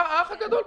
אח הגדול פשוט.